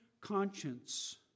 conscience